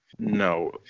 No